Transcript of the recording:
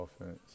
offense